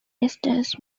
wastes